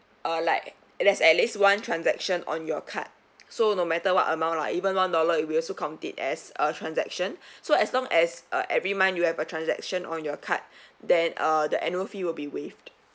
uh like there's at least one transaction on your card so no matter what amount lah even one dollar we also count it as a transaction so as long as uh every month you have a transaction on your card then uh the annual fee will be waived